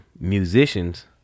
musicians